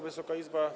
Wysoka Izbo!